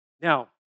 Now